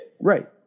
Right